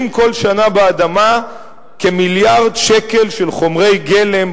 כל שנה באדמה כמיליארד שקל של חומרי גלם,